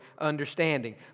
understanding